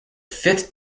fifth